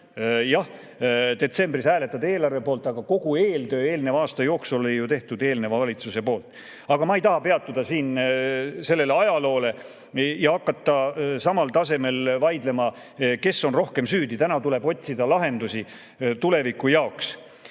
jah, detsembris hääletada eelarve poolt, aga kogu eeltöö aasta jooksul oli ju eelneva valitsuse tehtud. Aga ma ei taha peatuda siin sellel ajalool ja hakata samal tasemel vaidlema, kes on rohkem süüdi. Täna tuleb otsida lahendusi tuleviku jaoks.